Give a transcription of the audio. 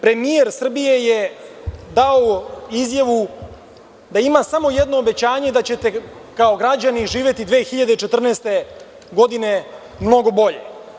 Premijer Srbije je dao izjavu da ima samo jedno obećanje da ćete kao građani živeti 2014. godine mnogo bolje.